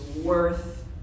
worth